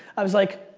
i was like,